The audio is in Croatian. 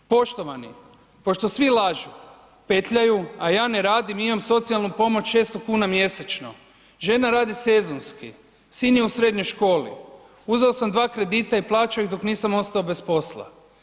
Poštovani, pošto svi lažu, petljaju, a ja ne radim, imam socijalnu pomoć 600,00 kn mjesečno, žena radi sezonski, sin je u srednjoj školi, uzeo sam dva kredita i plaćao ih dok nisam ostao bez posla.